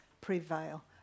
prevail